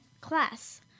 class